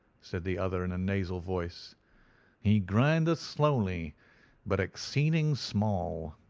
said the other in a nasal voice he grindeth slowly but exceeding small.